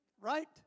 Right